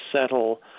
settle